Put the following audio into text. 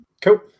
Cool